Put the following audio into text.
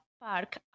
park